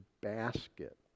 basket